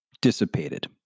dissipated